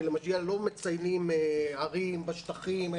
ולא מציינים ערים בשטחים,